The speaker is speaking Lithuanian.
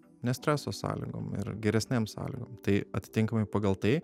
ne streso sąlygom ir geresnėm sąlygom tai atitinkamai pagal tai